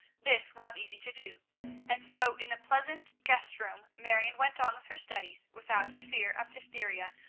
this was easy to do and so in the pleasant guest-room marion went on with her studies without a fear of diphtheria,